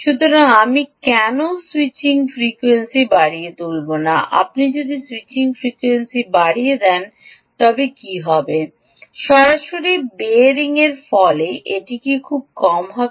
সুতরাং আমি কেন স্যুইচিং ফ্রিকোয়েন্সি বাড়িয়ে তুলব না আপনি যদি স্যুইচিং ফ্রিকোয়েন্সি বাড়িয়ে দেন তবে কী হবে সরাসরি বিয়ারিংয়ের ফলে এটি খুব কম হবে